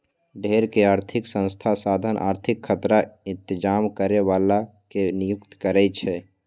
ढेरेक आर्थिक संस्था साधन आर्थिक खतरा इतजाम करे बला के नियुक्ति करै छै